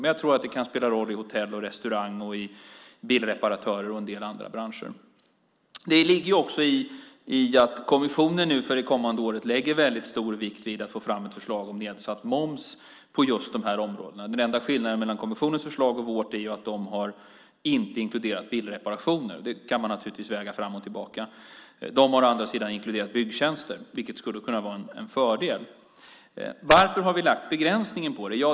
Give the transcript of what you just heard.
Men jag tror att det kan spela roll inom hotell, restaurang, bilreparatörer och en del andra branscher. Kommissionen lägger för det kommande året väldigt stor vikt vid att få fram ett förslag om nedsatt moms på just de här områdena. Den enda skillnaden mellan kommissionens förslag och vårt är att de inte har inkluderat bilreparationer. Det kan man naturligtvis väga för och emot. De har å andra sidan inkluderat byggtjänster, vilket skulle kunna vara en fördel. Varför har vi lagt begränsningen på det?